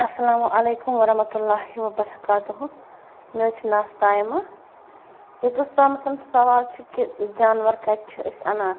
السَلامُ علیکُم وَرحمَتُہ اللہِ وَبَرَ کاتَہہُ مےٚ حظ چھِ ناو سایمہ یوتَس تامَتھ سَوال چھُ کہِ جانور کَتہِ چھِ أسۍ اَنان